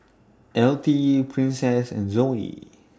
Altie Princess and Zoe